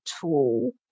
tool